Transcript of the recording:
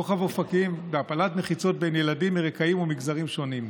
רוחב אופקים והפלת מחיצות בין ילדים מרקעים ומגזרים שונים.